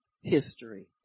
history